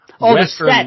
Western